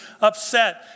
upset